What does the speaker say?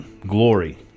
glory